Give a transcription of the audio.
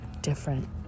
different